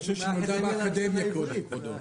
היא קיבלה אישור מהאקדמיה קודם כבודו.